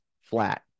flat